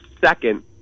second